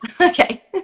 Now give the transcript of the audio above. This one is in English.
okay